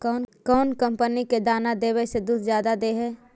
कौन कंपनी के दाना देबए से दुध जादा दे है?